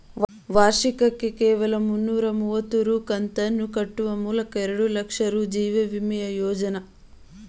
ವಾರ್ಷಿಕಕ್ಕೆ ಕೇವಲ ಮುನ್ನೂರ ಮುವತ್ತು ರೂ ಕಂತನ್ನು ಕಟ್ಟುವ ಮೂಲಕ ಎರಡುಲಕ್ಷ ರೂ ಜೀವವಿಮೆಯ ಯೋಜ್ನ ಪಡೆಯಬಹುದು